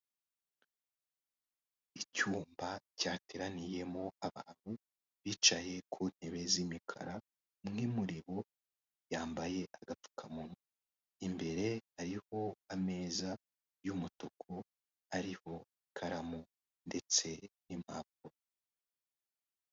Icyumba cyateraniyemo abantu bicaye ku ntebe z'imikara umwe muri bo yambaye agapfukamunwa, imbere hariho ameza y'umutuku ariho ikaramu ndetse n'impapuro.